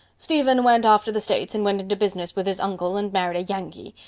stephen went off to the states and went into business with his uncle and married a yankee.